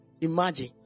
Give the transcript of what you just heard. Imagine